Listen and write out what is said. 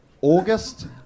August